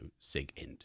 SIGINT